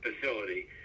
facility